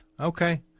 Okay